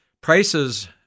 prices